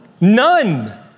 none